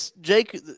Jake